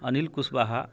Anil Kushwaha